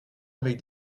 avec